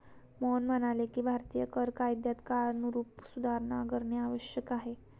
मोहन म्हणाले की भारतीय कर कायद्यात काळानुरूप सुधारणा करणे आवश्यक आहे